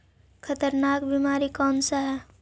खतरनाक बीमारी कौन सा है?